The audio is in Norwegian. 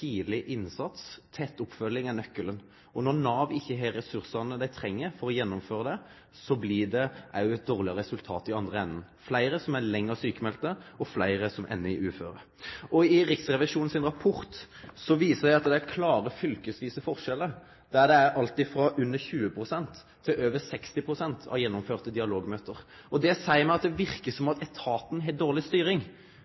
tidleg innsats og tett oppfølging er nøkkelen. Når Nav ikkje har dei ressursane som trengst for å gjennomføre det, blir det òg eit dårlegare resultat i den andre enden – fleire som er lenger sjukemelde, og fleire som endar som uføre. Riksrevisjonen sin rapport viser at det er klare fylkesvise forskjellar, der det er alt frå under 20 pst. til over 60 pst. gjennomførte dialogmøte. Det seier meg at det verkar som om etaten har dårleg styring.